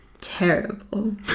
terrible